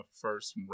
first